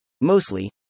mostly